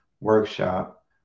workshop